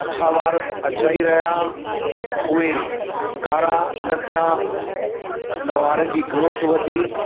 अछा वार त अछा ई रहिया उहे कारा न थिया न वारनि जी ग्रोथ वधी